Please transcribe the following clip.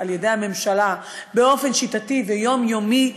על-ידי הממשלה באופן שיטתי ויומיומי,